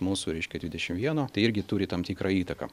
mūsų reiškia dvidešim vieno tai irgi turi tam tikrą įtaką